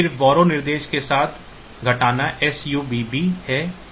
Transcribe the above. फिर बारौ निर्देश के साथ घटाना SUBB है